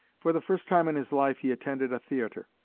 for the first time in his life, he attended a theater.